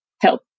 help